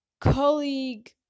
colleague